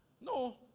No